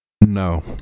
No